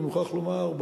אני מוכרח לומר,